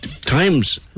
times